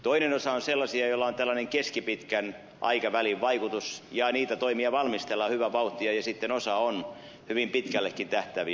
toinen osa on sellaisia joilla on tällainen keskipitkän aikavälin vaikutus ja niitä toimia valmistellaan hyvää vauhtia ja sitten osa on hyvin pitkällekin tähtääviä